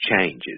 changes